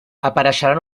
apareixeran